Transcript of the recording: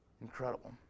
incredible